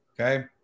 Okay